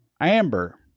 Amber